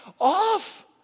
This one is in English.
off